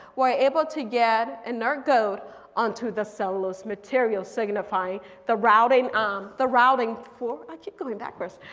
we're able to get an arc node onto the cellose material signifying the routing um the routing for. i keep going backwards.